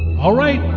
alright,